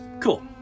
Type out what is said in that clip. Cool